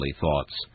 thoughts